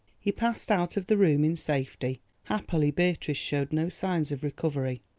he passed out of the room in safety happily beatrice showed no signs of recovery.